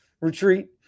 retreat